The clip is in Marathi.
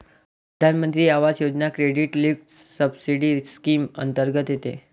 प्रधानमंत्री आवास योजना क्रेडिट लिंक्ड सबसिडी स्कीम अंतर्गत येते